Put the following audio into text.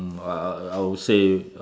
uh I would say uh